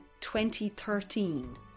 2013